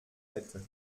hätte